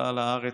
עלה לארץ,